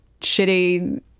shitty